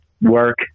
work